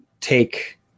take